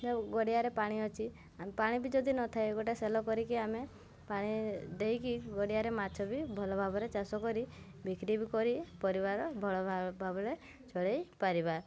ଗଡ଼ିଆରେ ପାଣି ଅଛି ପାଣି ବି ଯଦି ନଥାଏ ଗୋଟେ କରିକି ଆମେ ପାଣି ଦେଇକି ଗଡ଼ିଆରେ ମାଛ ବି ଭଲ ଭାବରେ ଚାଷ କରି ବିକ୍ରି ବି କରି ପରିବାର ଭଲ ଭାବ ଭାବରେ ଚଳେଇ ପାରିବା